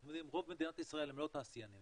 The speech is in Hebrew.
רוב מדינת ישראל הם לא תעשיינים,